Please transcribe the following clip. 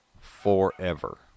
forever